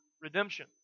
redemption